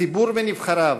הציבור ונבחריו,